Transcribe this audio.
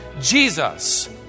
Jesus